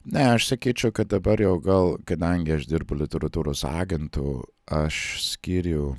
ne aš sakyčiau kad dabar jau gal kadangi aš dirbu literatūros agentu aš skiriu